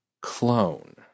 clone